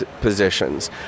positions